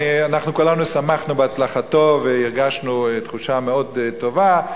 אנחנו כולנו שמחנו בהצלחתו והרגשנו תחושה מאוד טובה,